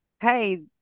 hey